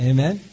Amen